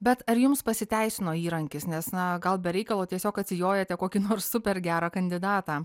bet ar jums pasiteisino įrankis nes na gal be reikalo tiesiog atsijojate kokį nors super gerą kandidatą